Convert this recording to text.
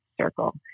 Circle